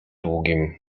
długim